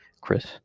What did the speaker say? Chris